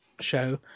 show